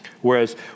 whereas